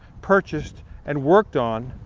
purchased, and worked on,